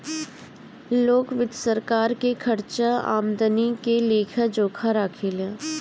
लोक वित्त सरकार के खर्चा आमदनी के लेखा जोखा राखे ला